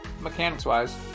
mechanics-wise